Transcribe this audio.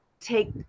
take